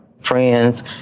friends